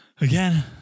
again